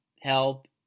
help